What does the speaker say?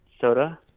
soda